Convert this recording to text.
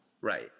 Right